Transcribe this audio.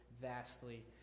vastly